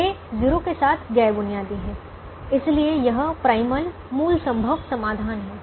वे 0 के साथ गैर बुनियादी हैं इसलिए यह प्राइमल मूल संभव समाधान है